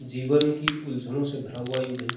जीवन की उलझनों से भरा हुआ युग है